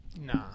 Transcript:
Nah